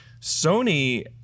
Sony